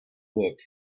worked